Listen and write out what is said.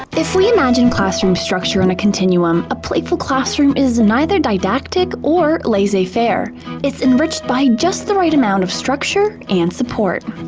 if we imagine classroom structure on a continuum, a playful classroom is neither didactic nor laissez faire. it's enriched by just the right amount of structure and support.